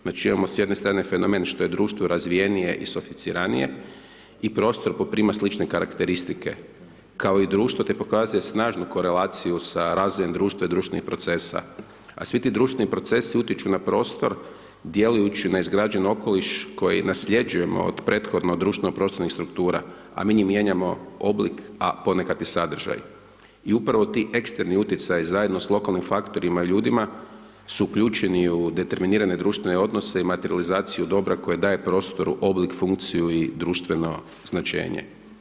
Znači imamo s jedne strane fenomen što je društvo razvijenije i sofisticiranije i prostor poprima slične karakteristike kao i društvo te pokazuj snažnu korelaciju sa razvijem društva i društvenih procesa a svi ti društveni procesi utječu na prostor djelujući na izgrađen okoliš koji nasljeđujemo od prethodno društveno-prostornih struktura a mi mijenjamo oblik a ponekad i sadržaj i upravo ti ekstremni utjecaji zajedno s lokalnim faktorima i ljudima su uključeni u determinirane društvene odnose i materijalizaciju dobra koje daje prostoru obliku, funkciju i društveno značenje.